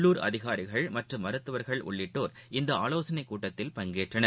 உள்ளூர் அதிகாரிகள் மற்றும் மருத்துவர்கள் உள்ளிட்டோர் இந்தஆலோசனைகூட்டத்தில் பங்கேற்றனர்